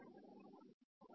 ವಿದ್ಯಾರ್ಥಿ ಸರಿ